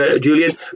Julian